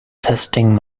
testing